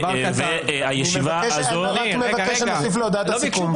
הישיבה הזאת נעולה.